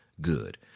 Good